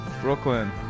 Brooklyn